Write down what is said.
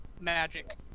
Magic